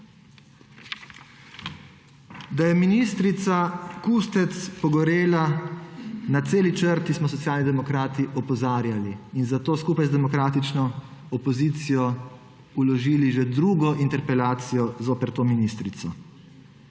Da je ministrica Kustec pogorela na celi črti, smo Socialni demokrati opozarjali in zato skupaj z demokratično opozicijo vložili že drugo interpelacijo zoper to ministrico.